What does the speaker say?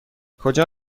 کجا